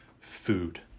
food